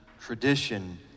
tradition